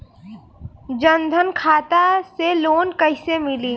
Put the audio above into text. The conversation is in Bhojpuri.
जन धन खाता से लोन कैसे मिली?